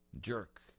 jerk